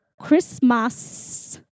Christmas